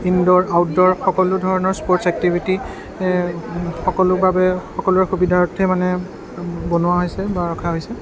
indoor outdoor সকলো ধৰণৰ sports activity সকলোৰ বাবে সকলোৰে সুবিধাৰ্থে মানে বনোৱা হৈছে বা ৰখা হৈছে